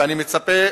ואני מצפה